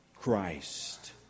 Christ